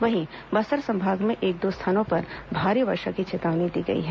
वहीं बस्तर संभाग में एक दो स्थानों पर भारी वर्षा की चेतावनी दी गई है